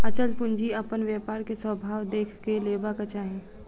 अचल पूंजी अपन व्यापार के स्वभाव देख के लेबाक चाही